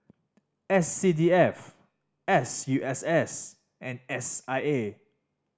S C D F S U S S and S I A